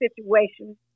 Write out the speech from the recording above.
situation